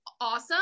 awesome